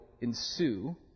ensue